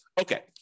Okay